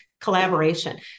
Collaboration